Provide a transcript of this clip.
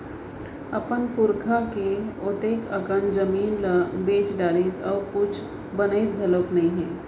अपन पुरखा के ओतेक अकन जमीन ल बेच डारिस अउ कुछ बनइस घलोक नइ हे